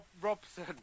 Robson